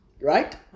right